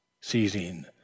Seizing